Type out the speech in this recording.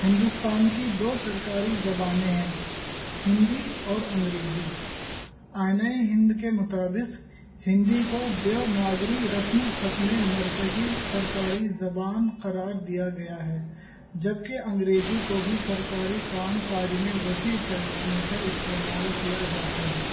ہندوستان کی دو سرکاری زبانیں ہیں ہندی اور انگریزی آینئی ہند کے مطابق ہندی کو دیونااگری رسم الخطم مرکزی سرکاری زبان قرار دیا گیا ہے جبکہ انگریزی کو بھی سرکاری کام کاج میں وسیع پیمانے پر استعمال کیا جاتا ہے